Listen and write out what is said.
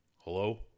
hello